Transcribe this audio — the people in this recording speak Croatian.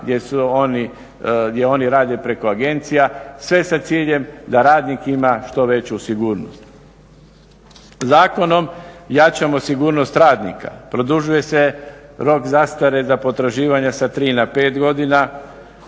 gdje oni rade preko agencija, sve sa ciljem da radnik ima što veću sigurnost. Zakonom jačamo sigurnost radnika, produžuje se rok zastare za potraživanja sa 3 na 5 godina,